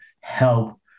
help